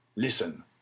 Listen